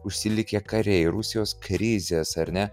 užsilikę kariai rusijos krizės ar ne